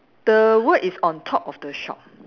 the word is on top of the shop